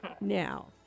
Now